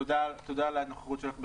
ליאת, תודה על הנוכחות שלך בדיון.